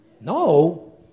No